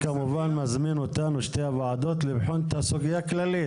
אתה כמובן מזמין את שתי הוועדות לבחון את הסוגיה באופן כללי.